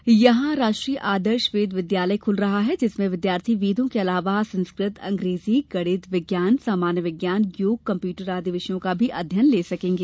अब यहां राष्ट्रीय आदर्श वेद विद्यालय खुल रहा है जिसमें विद्यार्थी वेदों को अलावा संस्कृत अंग्रेजी गणित विज्ञान सामान्य विज्ञान योग कम्प्यूटर आदि विषयों का भी अध्ययन करेंगे